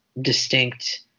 distinct